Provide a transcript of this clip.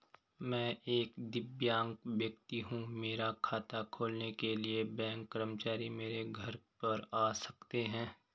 मैं एक दिव्यांग व्यक्ति हूँ मेरा खाता खोलने के लिए बैंक कर्मचारी मेरे घर पर आ सकते हैं?